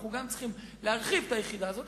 אנחנו גם צריכים להרחיב את היחידה הזאת,